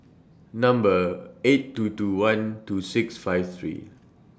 Number eight two two one two six five three